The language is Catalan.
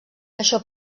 això